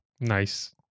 Nice